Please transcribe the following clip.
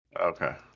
Okay